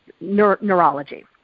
neurology